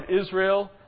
Israel